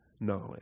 knowledge